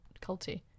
culty